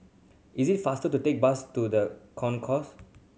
is it faster to take bus to The Concourse